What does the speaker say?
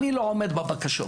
אני לא עומד בבקשות,